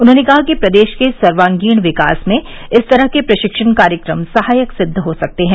उन्होंने कहा कि प्रदेश के सर्वागीण विकास में इस तरह के प्रशिक्षण कार्यक्रम सहायक सिद्व हो सकते हैं